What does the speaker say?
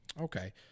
okay